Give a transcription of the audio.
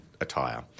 attire